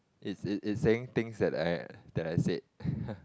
it's it's it's saying things that I that I said